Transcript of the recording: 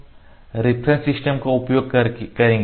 अब हम reference system का उपयोग करेंगे